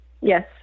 Yes